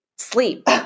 sleep